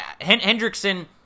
Hendrickson